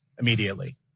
immediately